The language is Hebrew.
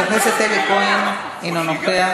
חבר הכנסת אלי כהן, אינו נוכח.